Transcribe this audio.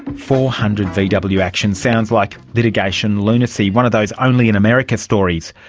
four hundred vw yeah but vw actions sounds like litigation lunacy, one of those only in america stories.